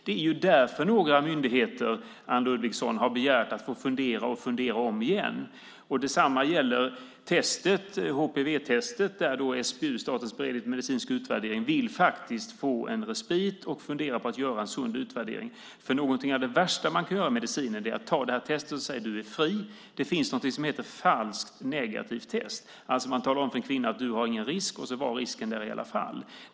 Det är därför, Anne Ludvigsson, som några myndigheter har begärt att få fundera och fundera om igen. Detsamma gäller HPV-testet, där SBU, Statens beredning för medicinsk utvärdering, faktiskt vill få en respit och funderar på att göra en sund utvärdering. Något av det värsta man kan göra i medicinen är nämligen att göra ett test och säga att du är fri. Det finns något som heter falskt negativt test. Man talar alltså om för en kvinna att hon inte har någon risk - och så var risken där i alla fall.